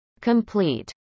Complete